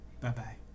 Bye-bye